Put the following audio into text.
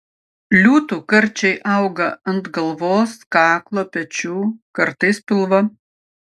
liūtų karčiai auga ant galvos kaklo pečių kartais pilvo